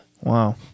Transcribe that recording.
wow